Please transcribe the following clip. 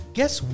Guess